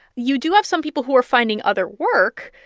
you do have some people who are finding other work.